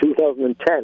2010